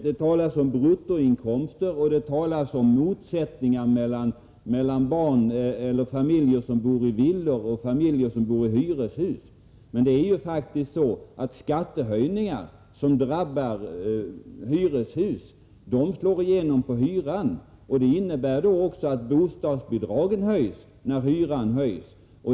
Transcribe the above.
Det talas om bruttoinkomster och om motsättningar mellan familjer som bor i villor och familjer som bor i hyreshus. Men det är ju så att skattehöjningar som drabbar hyreshus slår igenom på hyran, och bostadsbidragen höjs när hyran höjs.